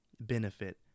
benefit